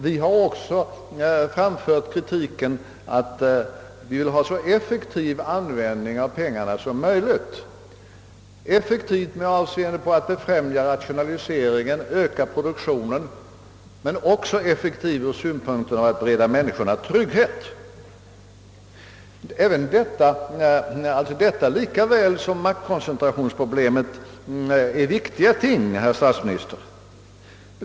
Vi har också framfört den kritiken att vi vill ha så effektiv användning av pengarna som möjligt. Effektiv med avseende att befrämja rationaliseringen och öka produktionen, men effektiv också ur den synpunkten att söka bereda människorna trygghet. Detta, lika väl som maktkoncentrationsproblemet, är viktiga ting, herr statsminister.